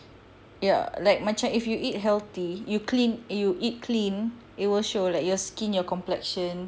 ya like macam if you eat healthy you clean you eat clean it will show like your skin your complexion